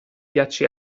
ghiacci